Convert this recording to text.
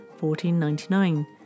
1499